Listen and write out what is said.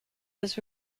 was